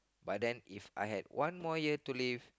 but then If I had one more year to live